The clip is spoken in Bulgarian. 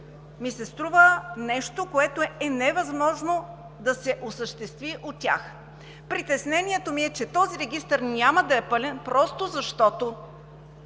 ми се струва нещо, което е невъзможно да се осъществи от тях. Притеснението ми е, че този регистър няма да е пълен, защото